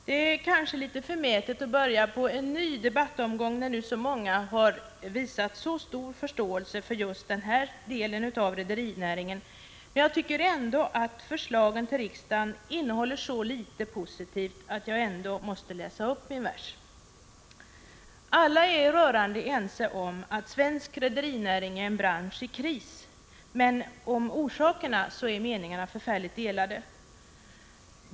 Det är kanske litet förmätet att nu inleda en ny debattomgång, när så många har visat stor förståelse för just denna del av rederinäringen, men jag tycker att förslagen till riksdagen innehåller så litet som är positivt att jag ändå vill ”läsa upp min vers” och hålla mitt anförande. Alla är rörande överens om att svensk rederinäring är en bransch i kris, men om orsakerna till detta är meningarna delade.